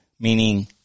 Meaning